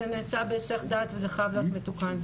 זה נעשה בהיסח דעת וזה חייב להיות מתוקן.